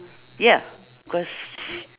ya cause